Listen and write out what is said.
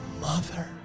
mother